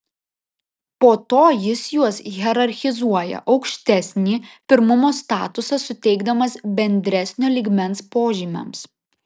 po to jis juos hierarchizuoja aukštesnį pirmumo statusą suteikdamas bendresnio lygmens požymiams